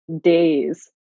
days